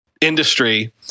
industry